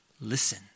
listen